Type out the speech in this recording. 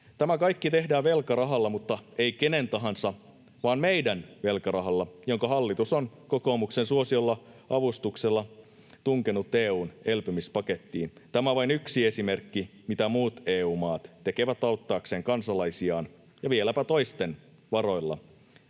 Tämä kaikki tehdään velkarahalla, mutta ei kenen tahansa vaan meidän velkarahalla, jonka hallitus on kokoomuksen suosiolla ja avustuksella tunkenut EU:n elpymispakettiin. Tämä vain yksi esimerkki siitä, mitä muut EU-maat tekevät auttaakseen kansalaisiaan ja vieläpä toisten varoilla.